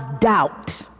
doubt